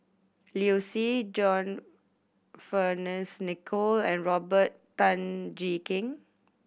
Liu Si John Fearns Nicoll and Robert Tan Jee Keng